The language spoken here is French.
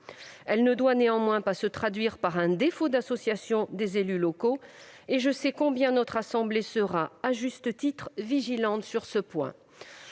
elle ne doit pas se traduire par un défaut d'association des élus locaux, et je sais combien notre assemblée sera, à juste titre, vigilante sur ce point.